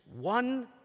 one